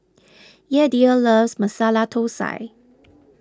Yadiel loves Masala Thosai